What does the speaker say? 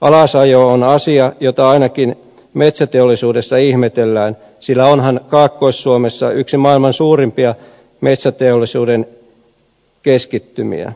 alasajo on asia jota ainakin metsäteollisuudessa ihmetellään sillä onhan kaakkois suomessa yksi maailman suurimpia metsäteollisuuden keskittymiä